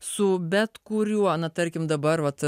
su bet kuriuo na tarkim dabar vat